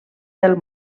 del